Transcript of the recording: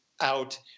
out